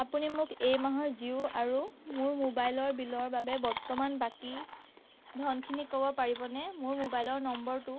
আপুনি মোক এই মাহৰ জিও আৰু মোৰ মোবাইলৰ বিলৰ বাবে বৰ্তমান বাকী ধনখিনি ক'ব পাৰিবনে মোৰ মোবাইলৰ নম্বৰটো